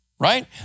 right